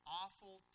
awful